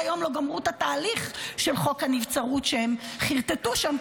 ועד היום לא גמרו את התהליך של חוק הנבצרות שהם חרטטו שם,